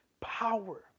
power